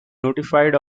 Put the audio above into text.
notified